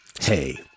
Hey